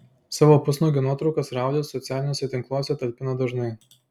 savo pusnuogio nuotraukas raulis socialiniuose tinkluose talpina dažnai